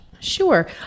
Sure